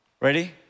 Ready